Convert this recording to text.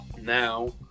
now